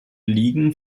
ligen